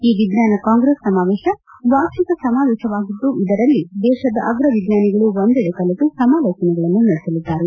ಈ ವಿಜ್ಞಾನ ಕಾಂಗ್ರೆಸ್ ಸಮಾವೇಶ ವಾರ್ಷಿಕ ಸಮಾವೇಶವಾಗಿದ್ದು ಇದರಲ್ಲಿ ದೇಶದ ಅಗ ವಿಜ್ಞಾನಿಗಳು ಒಂದೆಡೆ ಕಲೆತು ಸಮಾಲೋಚನೆಗಳನ್ನು ನಡೆಸಲಿದ್ದಾರೆ